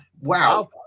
wow